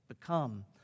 become